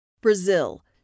Brazil